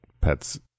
pets